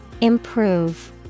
Improve